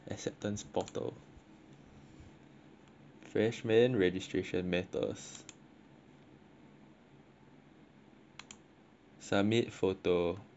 freshmen registration matters submit photo log in